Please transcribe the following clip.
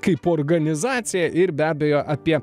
kaip organizaciją ir be abejo apie